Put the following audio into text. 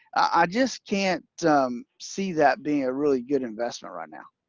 i just can't see that being a really good investment right now.